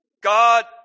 God